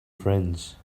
friends